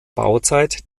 bauzeit